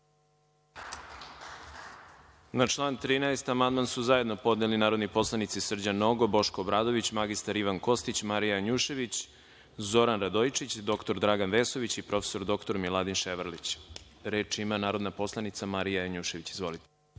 Na član 13. amandman su zajedno podneli narodni poslanici Srđan Nogo, Boško Obradović, mr Ivan Kostić, Marija Janjušević, Zoran Radojičić, dr Dragan Vesović i prof. dr Miladin Ševarlić. Reč ima narodna poslanica Marija Janjušević. Izvolite.